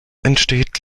entsteht